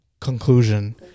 conclusion